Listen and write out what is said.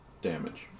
damage